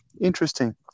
interesting